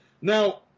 Now